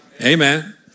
Amen